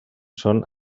són